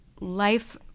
life